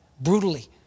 Brutally